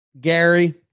Gary